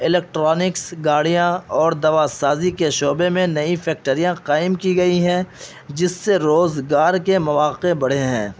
electronics گاڑیاں اور دواسازی کے شعبے میں نئی فیکٹریاں قائم کی گئی ہیں جس سے روزگار کے مواقع بڑھے ہیں